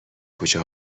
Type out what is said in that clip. کوچه